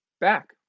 back